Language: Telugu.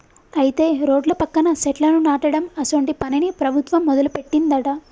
అయితే రోడ్ల పక్కన సెట్లను నాటడం అసోంటి పనిని ప్రభుత్వం మొదలుపెట్టిందట